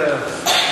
אותו דבר.